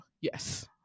yes